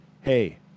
Hey